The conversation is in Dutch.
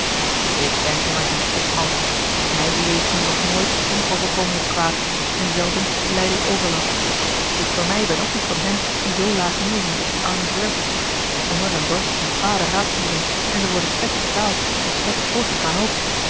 ik ben immers in gods hand mij bejegende nog nooit onoverkomelijk kwaad en zelden lijde ik overlast ik voor mij ben ook niet van hen die zoo laag neêrzien op die arme zwervers honger en dorst zijn kwade raadslieden en ze worden slecht betaald en slecht voorgegaan ook